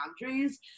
boundaries